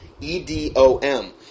E-D-O-M